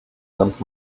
nimmt